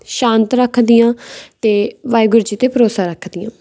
ਸ਼ਾਂਤ ਰੱਖਦੀ ਹਾਂ ਅਤੇ ਵਾਹਿਗੁਰੂ ਜੀ 'ਤੇ ਭਰੋਸਾ ਰੱਖਦੀ ਹਾਂ